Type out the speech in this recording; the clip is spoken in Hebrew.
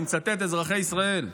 אני מצטט: אזרחי ישראל,